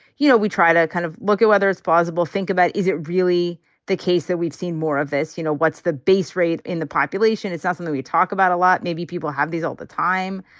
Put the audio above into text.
you know, we try to kind of look at whether it's plausible, think about is it really the case that we've seen more of this? you know, what's the base rate in the population? it's not ah something we talk about a lot. maybe people have these all the time.